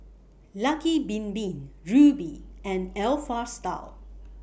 Lucky Bin Bin Rubi and Alpha Style